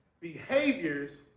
Behaviors